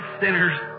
sinners